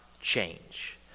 change